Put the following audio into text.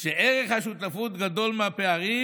כשערך השותפות גדול מהפערים,